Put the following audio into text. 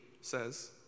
says